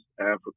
Africa